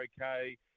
okay